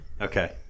Okay